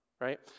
right